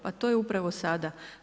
Pa to je upravo sada.